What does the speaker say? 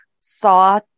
saw